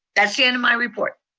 that's the end of my report.